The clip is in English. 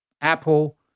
Apple